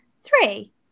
three